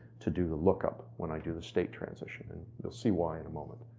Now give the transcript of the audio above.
to do the look up when i do the state transitions. and you'll see why in a moment.